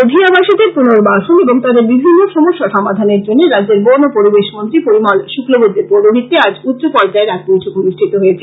লাইকা ও দধিয়া বাসীদের পুর্নবাসন এবং তাদের বিভিন্ন সমস্যা সমাধানের জন্য রাজ্যের বন ও পরিবেশ মন্ত্রী পরিমল শুক্লবৈদ্যর পৌরহিত্যে আজ উচ্চ পর্যায়ের এক বৈঠক অনুষ্ঠিত হয়েছে